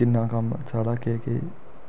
किन्ना कम्म ऐ साढ़ा केह् केह्